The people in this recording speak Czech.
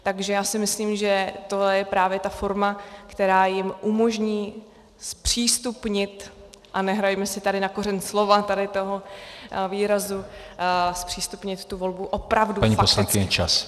Takže já si myslím, že tohle je právě ta forma, která jim umožní zpřístupnit a nehrajme si tady na kořen slova toho výrazu zpřístupnit tu volbu opravdu fakticky.